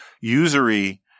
usury